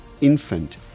infant